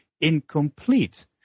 incomplete